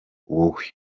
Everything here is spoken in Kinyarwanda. wowe